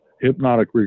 hypnotic